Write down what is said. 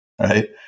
Right